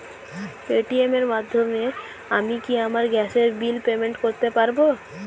Paytm এর মাধ্যমে আমি কি আমার গ্যাসের বিল পেমেন্ট করতে পারব?